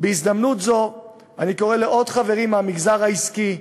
בהזדמנות זו אני קורא לעוד חברים מהמגזר העסקי,